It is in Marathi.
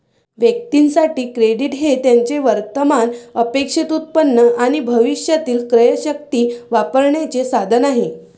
व्यक्तीं साठी, क्रेडिट हे त्यांचे वर्तमान अपेक्षित उत्पन्न आणि भविष्यातील क्रयशक्ती वापरण्याचे साधन आहे